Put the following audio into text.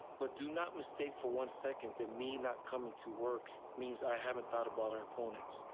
but do not mistake for one second that me not coming to work means i haven't thought about our opponents.